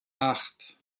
acht